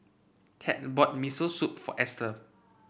Ted bought Miso Soup for Estel